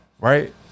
Right